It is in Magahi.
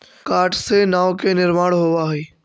काठ से नाव के निर्माण होवऽ हई